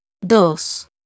Dos